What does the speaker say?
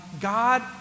God